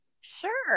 Sure